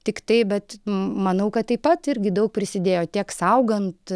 tiktai bet manau kad taip pat irgi daug prisidėjo tiek saugant